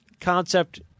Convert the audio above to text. Concept